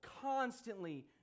constantly